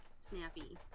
Snappy